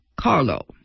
Carlo